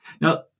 Now